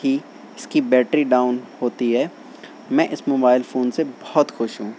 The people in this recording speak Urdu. ہی اس کی بیٹری ڈاؤن ہوتی ہے میں اس موبائل فون سے بہت خوش ہوں